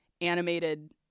animated